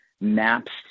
maps